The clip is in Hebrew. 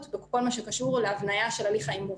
בכל מה שקשור להתניה של הליך האימוץ.